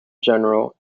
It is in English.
general